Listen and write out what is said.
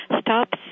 stop